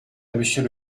monsieur